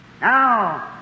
Now